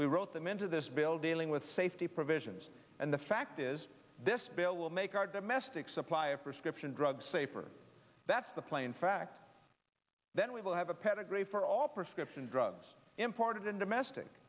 we wrote them into this bill dealing with safety provisions and the fact is this bill will make our domestic supply of prescription drugs safer that's the plain fact then we will have a pedigree for all prescription drugs important domestic